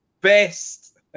best